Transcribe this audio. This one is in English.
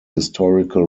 historical